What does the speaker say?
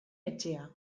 etxea